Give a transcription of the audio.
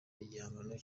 igihangano